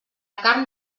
carn